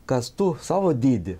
kas tu savo dydį